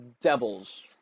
devils